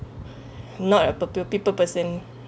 not a peo~ people person